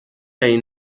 این